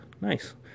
nice